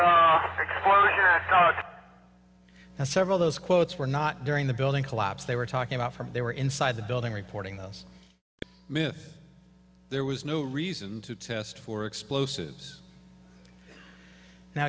now several those quotes were not during the building collapse they were talking about her they were inside the building reporting those there was no reason for explosives now